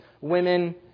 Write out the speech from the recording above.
women